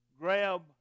Grab